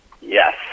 Yes